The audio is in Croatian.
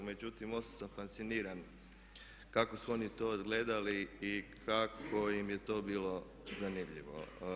Međutim, ostao sam fasciniran kako su oni to odgledali i kako im je to bilo zanimljivo.